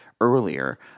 earlier